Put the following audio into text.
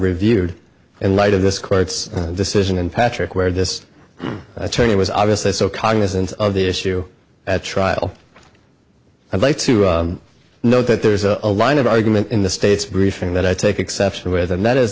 reviewed in light of this court's decision and patrick where this attorney was obviously so cognizant of the issue at trial i'd like to know that there's a line of argument in the state's briefing that i take exception with and that is